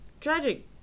Tragic